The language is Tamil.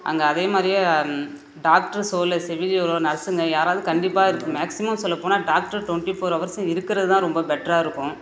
அங்கே அதே மாதிரியே டாக்டர்ஸோ இல்லை செவிலியரோ நர்ஸுங்க யாராவது கண்டிப்பாக இருக்கணும் மேக்சிமம் சொல்லப்போனால் டாக்டர் டொவெண்ட்டி ஃபோர் ஹவர்ஸும் இருக்கிறது தான் ரொம்ப பெட்ராக இருக்கும்